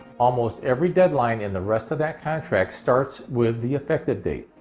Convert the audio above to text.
almost every deadline in the rest of that contract starts with the effective date.